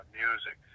music